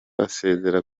asezera